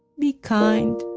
be kind.